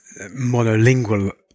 monolingual